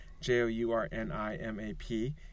J-O-U-R-N-I-M-A-P